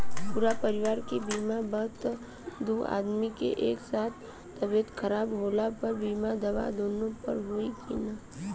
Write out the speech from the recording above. पूरा परिवार के बीमा बा त दु आदमी के एक साथ तबीयत खराब होला पर बीमा दावा दोनों पर होई की न?